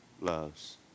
loves